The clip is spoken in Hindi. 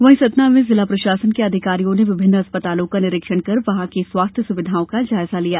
वहीं सतना में जिला प्रशासन के अधिकारियों ने विभिन्न अस्पतालों का निरीक्षण कर वहां की स्वास्थ्य सुविधाओं का जायजा लिया